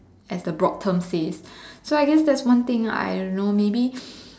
as the broad terms say so I guess that's one thing I don't know maybe